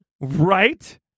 Right